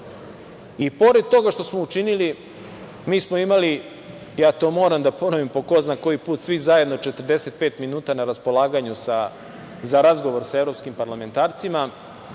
i pored toga što smo učinili, mi smo imali, ja to moram da ponovim po ko zna koji put, svi zajedno 45 minuta na raspolaganju za razgovor sa evropskim parlamentarcima,